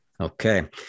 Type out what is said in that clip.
Okay